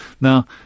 Now